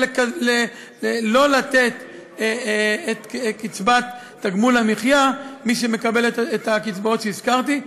לא לתת את קצבת תגמול המחיה למי שמקבל את הקצבאות שהזכרתי.